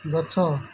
ଗଛ